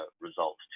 results